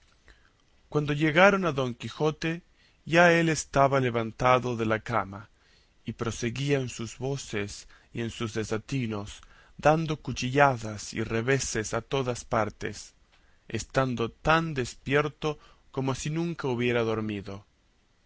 cuando llegaron a don quijote ya él estaba levantado de la cama y proseguía en sus voces y en sus desatinos dando cuchilladas y reveses a todas partes estando tan despierto como si nunca hubiera dormido